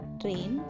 train